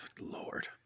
Lord